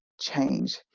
change